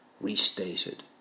restated